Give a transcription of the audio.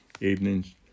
evenings